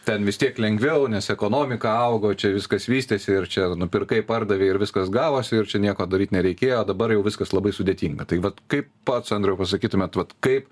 ten vis tiek lengviau nes ekonomika augo čia viskas vystėsi ir čia nupirkai pardavei ir viskas gavosi ir čia nieko daryt nereikėjo o dabar jau viskas labai sudėtinga tai vat kaip pats andriau pasakytumėt vat kaip